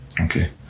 okay